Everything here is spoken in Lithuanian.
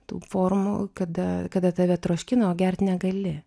tų formų kada kada tave troškino gert negali